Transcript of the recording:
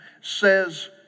says